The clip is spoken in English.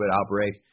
outbreak